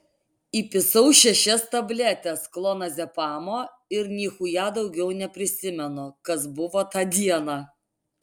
įpisau šešias tabletes klonazepamo ir nichuja daugiau neprisimenu kas buvo tą dieną